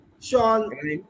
sean